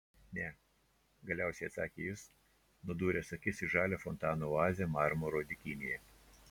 ne galiausiai atsakė jis nudūręs akis į žalią fontano oazę marmuro dykynėje